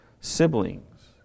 siblings